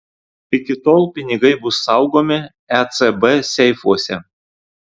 iki tol pinigai bus saugomi ecb seifuose